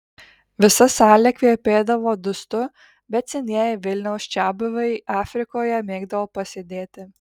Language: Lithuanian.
visa salė kvepėdavo dustu bet senieji vilniaus čiabuviai afrikoje mėgdavo pasėdėti